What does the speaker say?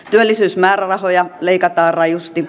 työllisyysmäärärahoja leikataan rajusti